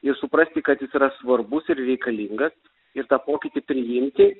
ir suprasti kad jis yra svarbus ir reikalingas ir tą pokytį priimti